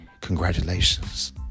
congratulations